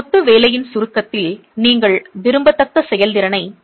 கொத்துவேலையின் சுருக்கத்தில் நீங்கள் விரும்பத்தக்க செயல்திறனைப் பெற முடியும்